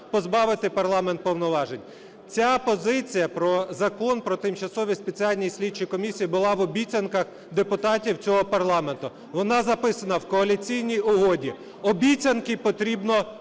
позбавити парламент повноважень. Ця позиція про Закон про тимчасові і спеціальні слідчі комісії була в обіцянках депутатів цього парламенту. Вона записана в Коаліційній угоді. Обіцянки потрібно